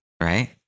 Right